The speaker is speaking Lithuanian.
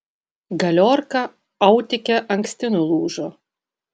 galiorka autike anksti nulūžo